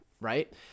right